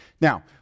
Now